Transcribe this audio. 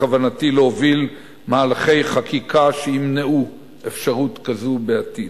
בכוונתי להוביל מהלכי חקיקה שימנעו אפשרות כזאת בעתיד.